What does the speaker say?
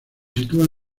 sitúa